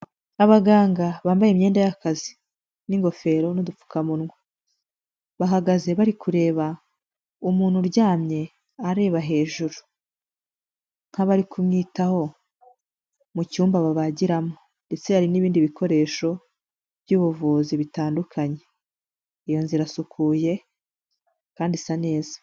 Abaganga bambaye imyenda y'akazi n'ingofero n'udupfukamunwa, bahagaze bari kureba umuntu uryamye areba hejuru nk'abari kumwitaho mu cyumba babagiramo ndetse hari n'ibindi bikoresho by'ubuvuzi bitandukanye, iyo nzira isukuye kandi isa neza.